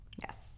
yes